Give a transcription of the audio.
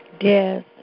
Yes